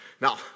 Now